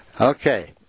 Okay